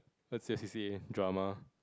first A C_C_A drama